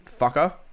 fucker